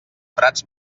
prats